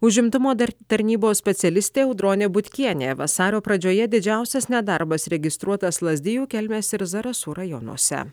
užimtumo tarnybos specialistė audronė butkienė vasario pradžioje didžiausias nedarbas registruotas lazdijų kelmės ir zarasų rajonuose